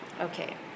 Okay